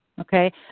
okay